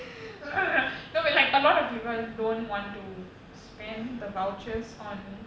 no but like a lot of people don't want to spend the vouchers on